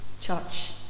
Church